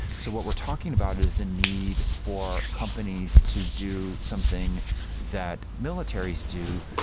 so what we're talking about is the need for companies to do something that militaries do,